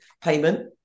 payment